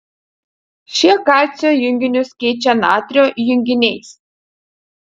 šie kalcio junginius keičia natrio junginiais